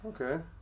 Okay